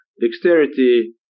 dexterity